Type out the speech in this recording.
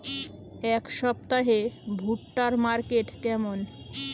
এই সপ্তাহে ভুট্টার মার্কেট কেমন?